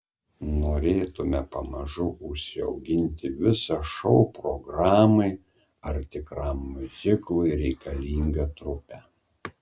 norėtumėme pamažu užsiauginti visą šou programai ar tikram miuziklui reikalingą trupę